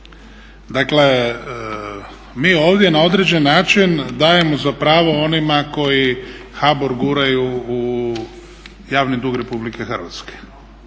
Dakle mi ovdje na određeni način dajemo za pravo onima koji HBOR guraju u javni dug RH.